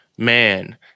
man